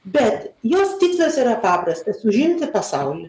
bet jos tikslas yra paprastas užimti pasaulį